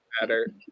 matter